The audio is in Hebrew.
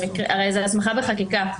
הרי זה הסמכה בחקיקה,